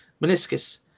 meniscus